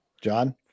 John